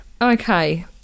Okay